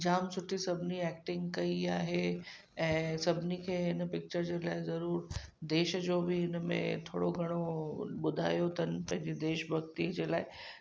जामु सुठी सभिनी एक्टिंग कई आहे ऐं सभिनी खे हिन पिच्चर जे लाइ ज़रूरु देश जो बि हिनमें थोरो घणो ॿुधायो अथनि पंहिंजे देश भक्ति लाइ